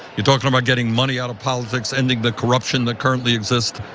you're talking about getting money out of politics, ending the corruption that currently exists.